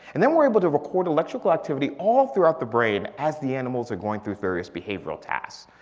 and then we're able to record electrical activity all throughout the brain as the animals are going through various behavioral tasks.